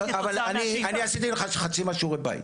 אני עשיתי לך חצי משיעורי הבית,